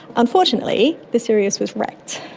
unfortunately the sirius was wrecked,